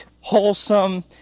wholesome